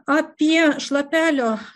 apie šlapelio